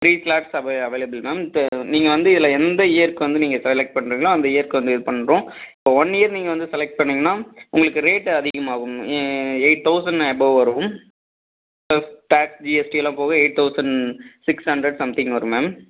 three class அவை available ma'am த நீங்கள் வந்து இதில் எந்த இயர்க்கு வந்து நீங்கள் செலெக்ட் பண்ணுறீங்களோ அந்த இயருக்கு வந்து இது பண்ணுறோம் இப்போ ஒன் இயர் நீங்கள் வந்து செலெக்ட் பண்ணீங்கனா உங்களுக்கு ரேட் அதிகமாகும் எயிட் தௌசண்ட் எபோவ் வரும் ப்ளஸ் டேக்ஸ் ஜிஎஸ்டிலாம் போக eight thousand six hundred something வரும் மேம்